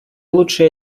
лучше